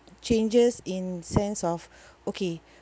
changes in sense of okay